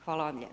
Hvala vam